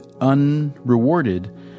unrewarded